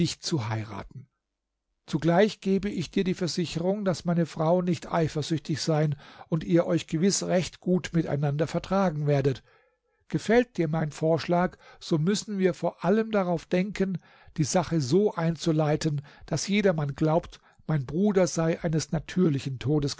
zu heiraten zugleich gebe ich dir die versicherung daß meine frau nicht eifersüchtig sein und ihr euch gewiß recht gut miteinander vertragen werdet gefällt dir mein vorschlag so müssen wir vor allem darauf denken die sache so einzuleiten daß jedermann glaubt mein bruder sei eines natürlichen todes